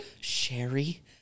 Sherry